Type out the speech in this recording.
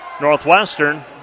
Northwestern